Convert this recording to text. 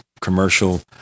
commercial